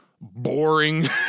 boring